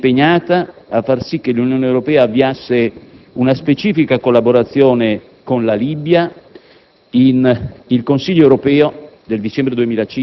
L'Italia si è impegnata a far sì che L'Unione Europea avviasse una specifica collaborazione con la Libia e il Consiglio Europeo